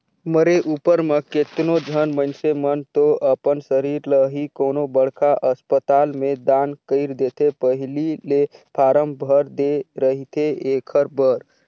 मरे उपर म केतनो झन मइनसे मन तो अपन सरीर ल ही कोनो बड़खा असपताल में दान कइर देथे पहिली ले फारम भर दे रहिथे एखर बर